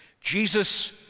Jesus